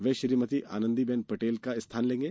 वे श्रीमती आनंदीबेन पटेल का स्थान लेंगे